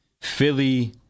Philly